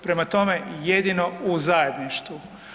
Prema tome, jedino u zajedništvu.